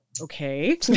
Okay